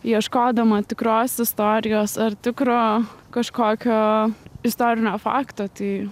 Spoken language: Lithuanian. ieškodama tikros istorijos ar tikro kažkokio istorinio fakto tai